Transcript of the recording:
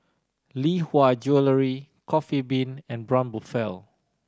Lee Hwa Jewellery Coffee Bean and Braun Buffel